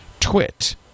Twit